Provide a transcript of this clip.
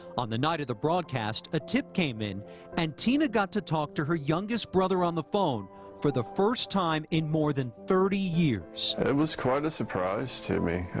on the night of the broadcast, a tip came in and tina got to talk to her youngest brother on the phone for the first time in more than thirty years. it was quite a surprise to me.